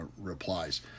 replies